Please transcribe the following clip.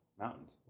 Mountains